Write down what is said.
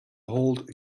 hold